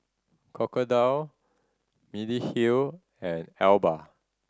Crocodile Mediheal and Alba